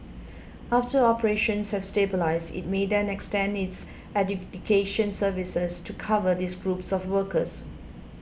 after operations have stabilised it may then extend its adjudication services to cover these groups of workers